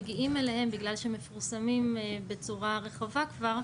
בגלל שהם מפורסמים בצורה רחבה כבר,